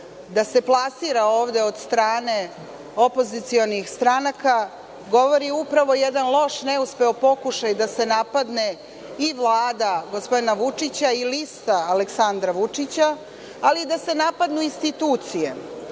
da se plasira ovde od strane opozicionih stranaka, govori upravo jedan loš, neuspeo pokušaj da se napadne i Vlada gospodina Vučića i lista Aleksandra Vučića, ali i da se napadnu institucije.